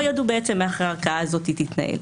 לא ידעו איך הערכאה הזאת תתנהל.